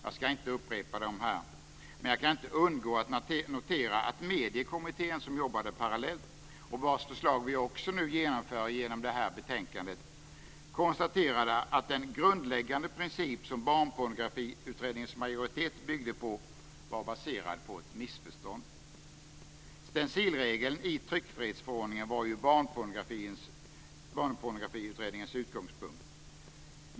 Jag skall inte upprepa dem här, men jag kan inte undgå att notera att Mediekommittén, som arbetade parallellt och vars förslag vi nu också genomför i och med det här betänkandet, konstaterade att den grundläggande princip som Barnpornografiutredningens majoritet byggde på var baserad på ett missförstånd. Stencilregeln i tryckfrihetsförordningen var ju Barnpornografiutredningens utgångspunkt.